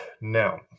now